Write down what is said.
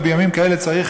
ובימים כאלה צריך,